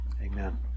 Amen